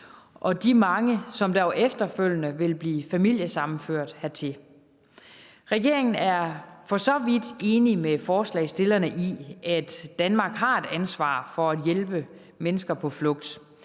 og de mange, der jo efterfølgende vil blive familiesammenført hertil. Regeringen er for så vidt enig med forslagsstillerne i, at Danmark har et ansvar for at hjælpe mennesker på flugt.